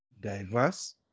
diverse